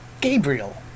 Gabriel